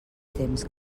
temps